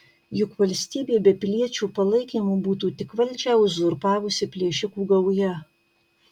juk valstybė be piliečių palaikymo būtų tik valdžią uzurpavusi plėšikų gauja